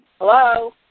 Hello